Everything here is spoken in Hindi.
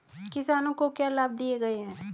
किसानों को क्या लाभ दिए गए हैं?